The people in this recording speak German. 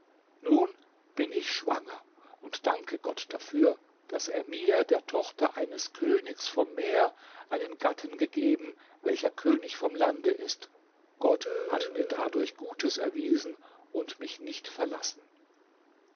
nun bin ich schwanger und danke gott dafür daß er mir der tochter eines königs vom meer einen gatten gegeben welcher könig vom lande ist gott hat mir dadurch gutes erwiesen und mich nicht verlassen